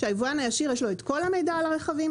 בידיו יש את כל המידע על הרכבים,